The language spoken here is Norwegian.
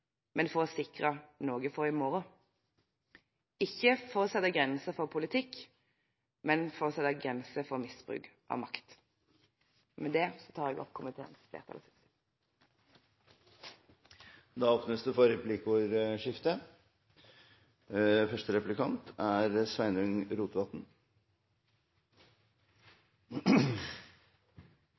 men for å sikre noe for i morgen, ikke for å sette grenser for politikk, men for å sette grenser for misbruk av makt. Med dette anbefaler jeg komiteens innstilling. Det blir replikkordskifte. Representanten Christensen snakka varmt om alle rettane som er i